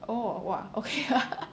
oh !wah! okay